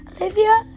Olivia